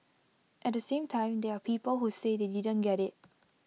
at the same time there are people who say they didn't get IT